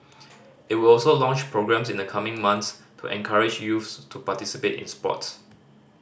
it will also launch programmes in the coming month to encourage youth to participate in sports